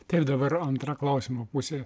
taip dabar antra klausimo pusė